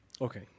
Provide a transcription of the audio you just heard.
Okay